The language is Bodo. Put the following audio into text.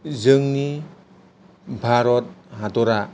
जोंनि भारत हादरा